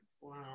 Wow